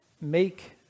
make